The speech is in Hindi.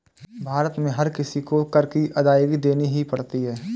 भारत में हर किसी को कर की अदायगी देनी ही पड़ती है